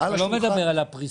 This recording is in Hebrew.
הוא לא מדבר על הפריסה.